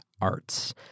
Arts